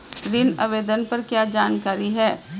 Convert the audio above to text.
ऋण आवेदन पर क्या जानकारी है?